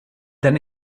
then